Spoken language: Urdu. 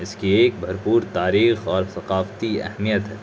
اس کی ایک بھرپور تاریخ اور ثقافتی اہمیت ہے